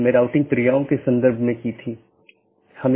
एक BGP के अंदर कई नेटवर्क हो सकते हैं